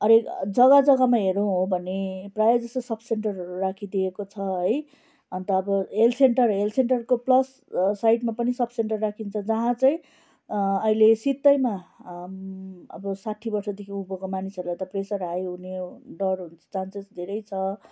अरे जग्गा जग्गामा हेर्नु हो भने प्रायःजसो सब सेन्टरहरू राखिदिएको छ है अन्त अब हेल्थ सेन्टर हेल्थ सेन्टरको प्लस साइडमा पनि सब सेन्टर राखिन्छ जहाँ चाहिँ अहिले सित्तैमा अब साठी वर्षदेखि उँभोको मानिसहरूलाई त प्रेसर हाई हुने डर हुन् चान्सेस धेरै छ